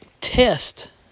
test